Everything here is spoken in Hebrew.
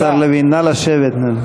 השר לוין, נא לשבת.